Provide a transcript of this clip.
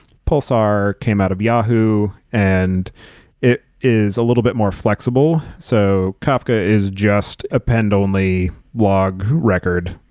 pulsar came out of yahoo and it is a little bit more flexible. so, kafka is just append-only log record.